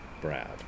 Brad